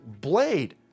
blade